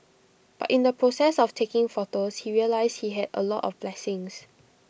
but in the process of taking photos he realised he had A lot of blessings